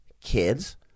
kids